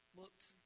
looked